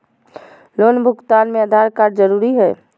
Loan भुगतान में Aadhaar card जरूरी है?